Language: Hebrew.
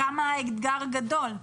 כמה האתגר גדול?